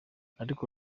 ariko